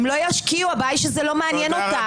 הם לא ישקיעו, הבעיה היא שזה לא מעניין אותם.